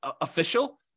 official